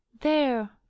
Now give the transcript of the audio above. There